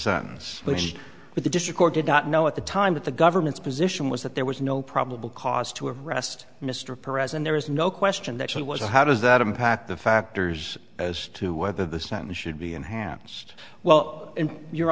sentence which with the district or did not know at the time that the government's position was that there was no probable cause to arrest mr perez and there is no question that he was and how does that impact the factors as to whether the sentence should be enhanced well your